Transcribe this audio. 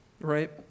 right